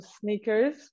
sneakers